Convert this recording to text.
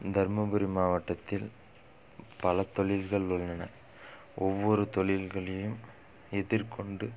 தருமபுரி மாவட்டத்தில் பல தொழில்கள் உள்ளன ஒவ்வொரு தொழில்களையும் எதிர்கொண்டு